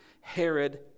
Herod